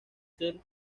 ser